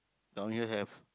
down here have